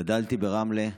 גדלתי ברמלה.